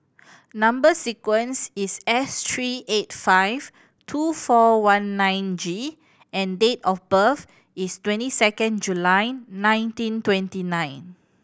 number sequence is S three eight five two four one nine G and date of birth is twenty second July nineteen twenty nine